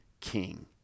king